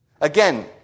Again